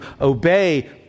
obey